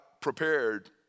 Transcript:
prepared